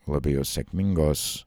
labai jau sėkmingos